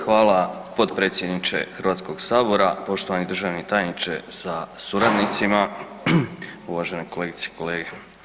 Hvala, potpredsjedniče Hrvatskog sabora, poštovani državni tajniče sa suradnicima, uvažene kolegice i kolege.